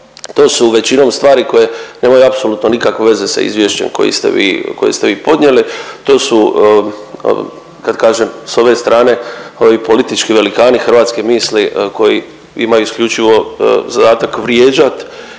to su većinom stvari koje nemaju apsolutno nikakve veze s izvješćem koji ste vi, koje ste vi podnijeli, to su kad kažem s ove strane ovi politički velikani hrvatske misli koji imaju isključivo zadatak vrijeđat